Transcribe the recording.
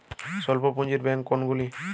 স্বল্প পুজিঁর ব্যাঙ্ক কোনগুলি?